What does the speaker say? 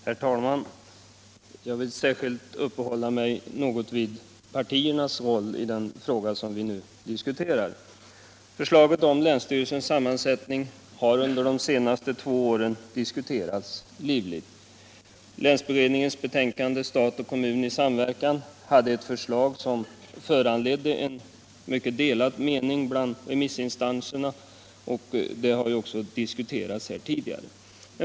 Herr talman! Jag vill särskilt uppehålla mig något vid partiernas roll i den fråga vi nu diskuterar. Förslaget om länsstyrelsens sammansättning har under de senaste två åren diskuterats livligt. Länsberedningens betänkande Stat och kommun i samverkan hade ett förslag om vilket meningarna bland remissinstanserna var mycket delade — det har också tidigare diskuterats här.